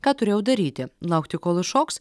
ką turėjau daryti laukti kol iššoks